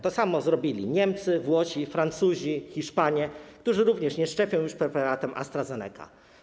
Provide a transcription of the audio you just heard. To samo zrobili Niemcy, Włosi, Francuzi, Hiszpanie, którzy również nie szczepią już preparatem AstraZeneca.